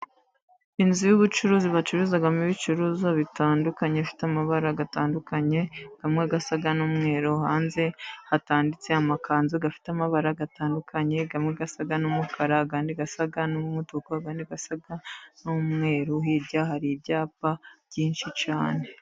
Inzu y'ubucuruzi bacururizamo ibicuruzwa bitandukanye, bifite amabara atandukanye, amwe asa n'umweru, hanze hatanditse amakanzu afite amabara atandukanye, amwe asa n'umukara, andi asa n'umutuku, andi asa n'umweru, hirya har'ibyapa byinshi cyane.